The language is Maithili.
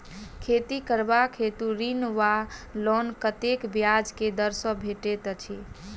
खेती करबाक हेतु ऋण वा लोन कतेक ब्याज केँ दर सँ भेटैत अछि?